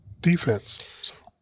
defense